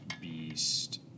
beast